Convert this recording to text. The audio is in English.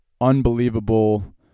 unbelievable